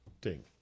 Ding